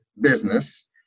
business